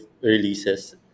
releases